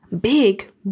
big